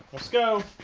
lets go.